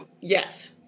Yes